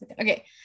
okay